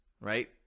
Right